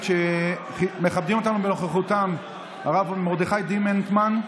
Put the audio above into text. שמכבדים אותנו בנוכחותם הרב מרדכי דימנטמן,